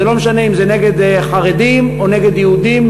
וזה לא משנה אם זה נגד חרדים או נגד יהודים